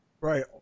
Right